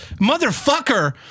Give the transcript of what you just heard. motherfucker